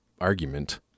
argument